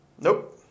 Nope